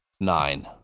nine